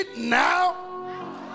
now